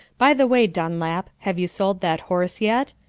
by the way, dunlap, have you sold that horse yet?